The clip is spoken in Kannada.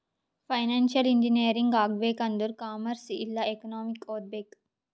ಫೈನಾನ್ಸಿಯಲ್ ಇಂಜಿನಿಯರಿಂಗ್ ಆಗ್ಬೇಕ್ ಆಂದುರ್ ಕಾಮರ್ಸ್ ಇಲ್ಲಾ ಎಕನಾಮಿಕ್ ಓದ್ಬೇಕ್